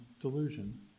delusion